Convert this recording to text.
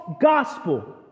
gospel